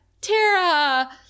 tara